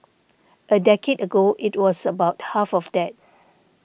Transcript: a decade ago it was about half of that